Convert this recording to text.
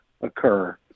occur